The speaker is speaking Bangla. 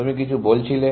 তুমি কিছু বলছিলে